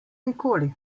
nikoli